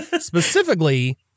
Specifically